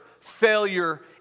failure